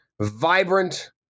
vibrant